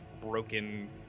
broken